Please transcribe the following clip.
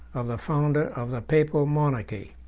of the founder of the papal monarchy.